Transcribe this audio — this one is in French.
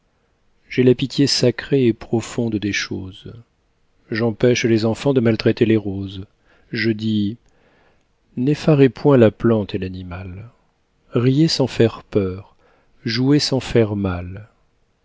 j'ai la pitié sacrée et profonde des choses j'empêche les enfants de maltraiter les roses je dis n'effarez point la plante et l'animal riez sans faire peur jouez sans faire mal